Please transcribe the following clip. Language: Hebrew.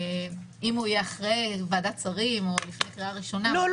אם הוא יהיה אחרי ועדת שרים או לפני קריאה ראשונה --- לא,